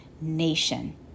nation